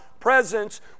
presence